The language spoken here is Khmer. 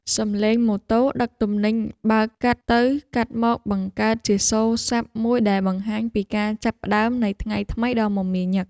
សម្លេងម៉ូតូដឹកទំនិញបើកកាត់ទៅកាត់មកបង្កើតជាសូរសព្ទមួយដែលបង្ហាញពីការចាប់ផ្ដើមនៃថ្ងៃថ្មីដ៏មមាញឹក។